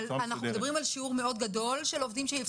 אנחנו מדברים על שיעור גדול מאוד שהפסקתם